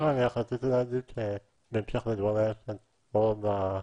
בהמשך לדבריה של אורנה,